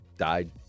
died